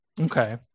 okay